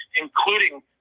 including